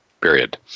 Period